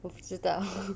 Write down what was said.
我不知道